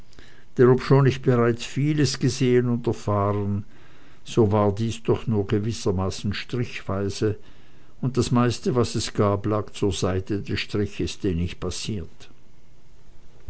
denn obschon ich bereits vieles gesehen und erfahren so war dies doch nur gewissermaßen strichweise und das meiste was es gab lag zur seite des striches den ich passiert